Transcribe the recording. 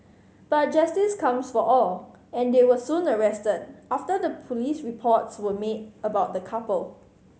but justice comes for all and they were soon arrested after the police reports were made about the couple